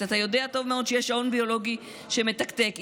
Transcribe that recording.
אתה יודע טוב מאוד שיש שעון ביולוגי שמתקתק,